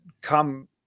come